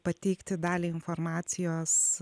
pateikti dalį informacijos